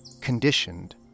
conditioned